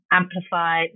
amplify